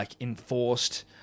enforced